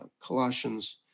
Colossians